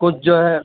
کچھ جو ہے